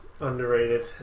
Underrated